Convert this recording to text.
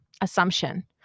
assumption